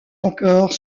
encore